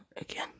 again